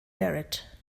merit